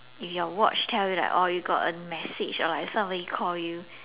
if your watch tell you like oh you got a message or like somebody call you